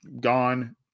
gone